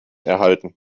erhalten